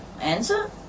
answer